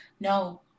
No